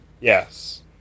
Yes